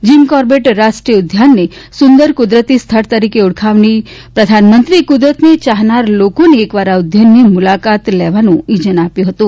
gym Corbett રાષ્ટ્રીય ઉદ્યાનને સુંદર કુદરતી સ્થળ તરીકે ઓળખાવીને પ્રધાનમંત્રીએ કુદરતને ચાહનાર લોકોને એકવાર આ ઉદ્યાનની મુલાકાત લેવાનું ઇજન આપ્યું હતું